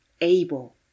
able